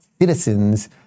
citizens